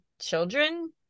children